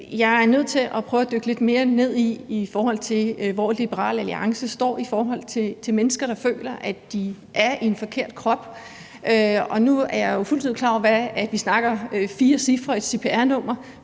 Jeg er nødt til at prøve at dykke lidt mere ned i, hvor Liberal Alliance står i forhold til mennesker, der føler, at de er i en forkert krop. Nu er jeg fuldstændig klar over, at vi snakker om fire cifre i et cpr-nummer,